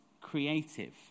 creative